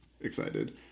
excited